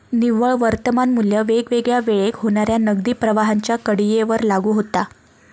निव्वळ वर्तमान मू्ल्य वेगवेगळ्या वेळेक होणाऱ्या नगदी प्रवाहांच्या कडीयेवर लागू होता